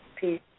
Peace